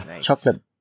chocolate